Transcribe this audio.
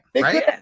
right